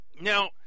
Now